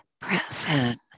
present